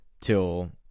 till